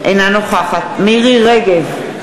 אינה נוכחת מירי רגב,